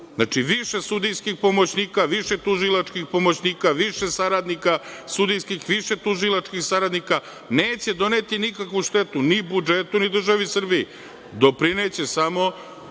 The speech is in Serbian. više sudijskih pomoćnika, više tužilačkih pomoćnika, više saradnika sudijskih, više tužilačkih saradnika, neće doneti nikakvu štetu, ni budžetu, ni državi Srbiji, doprineće samo